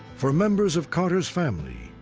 for members of carter's family,